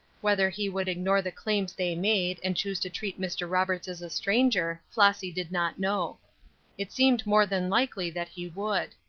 whether he would ignore the claims they made, and choose to treat mr. roberts as a stranger, flossy did not know it seemed more than likely that he would.